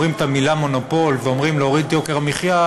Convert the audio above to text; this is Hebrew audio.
אומרים את המילה "מונופול" ואומרים "להוריד את יוקר המחיה",